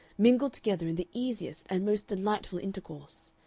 mingle together in the easiest and most delightful intercourse.